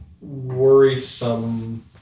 worrisome